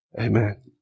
Amen